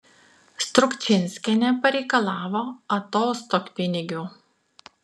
strukčinskienė pareikalavo atostogpinigių